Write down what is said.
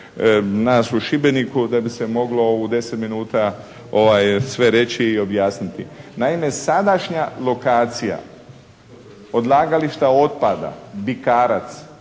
nas u Šibeniku da bi se moglo u 10 minuta sve reći i objasniti. Naime sadašnja lokacija odlagališta otpada Bikarac,